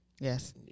Yes